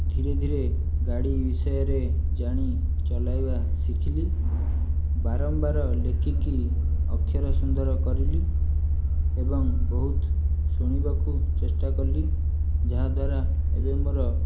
ଧୀରେ ଧୀରେ ଗାଡ଼ି ବିଷୟରେ ଜାଣି ଚଲାଇବା ଶିଖିଲି ବାରମ୍ବାର ଲେଖିକି ଅକ୍ଷର ସୁନ୍ଦର କରିଲି ଏବଂ ବହୁତ ଶୁଣିବାକୁ ଚେଷ୍ଟା କଲି ଯାହାଦ୍ଵାରା ଏବେ ମୋ'ର